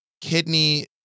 kidney